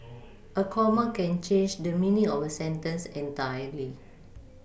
a comma can change the meaning of a sentence entirely